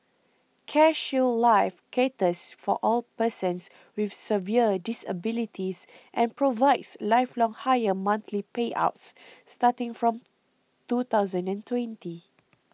CareShield Life caters for all persons with severe disabilities and provides lifelong higher monthly payouts starting from two thousand and twenty